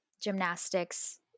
gymnastics